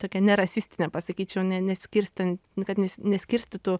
tokia nerasistinė pasakyčiau ne neskirstan kad nes neskirstytų